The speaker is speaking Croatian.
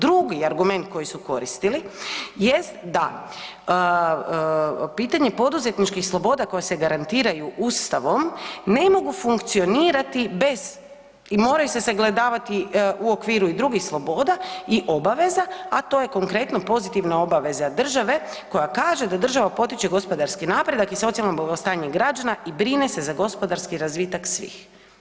Drugi argument koji su koristili jest da pitanje poduzetničkih sloboda koje se garantiraju Ustavom ne mogu funkcionirati bez i moraju se sagledavati u okviru i drugih sloboda i obaveza, a to je konkretno pozitivna obaveza države koja kaže da država potiče gospodarski napredak i socijalno blagostanje građana i brine se za gospodarski razvitak svih.